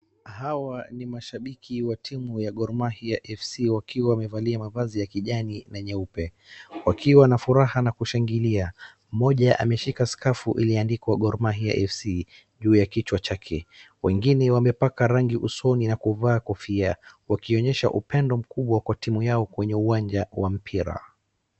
Hawa ni mashabiki wa timu ya Gor Mahia fc wakiwa wamevalia mavazi ya kijani na nyeupe wakiwa na furaha na kushangilia. Mmoja ameshika scarf iliyoandikwa Gor Mahia fc juu ya kichwa chake. Wengine wamepaka rangi usoni na kuvaa kofia wakionyesha upendo mkubwa kwa timu yao kwenye uwanja wa mpira.